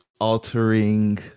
altering